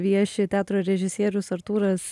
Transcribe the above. vieši teatro režisierius artūras